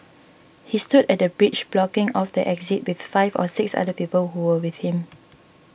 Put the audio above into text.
he stood at the bridge blocking off the exit with five or six other people who were with him